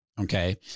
Okay